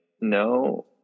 no